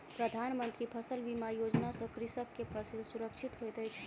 प्रधान मंत्री फसल बीमा योजना सॅ कृषक के फसिल सुरक्षित होइत अछि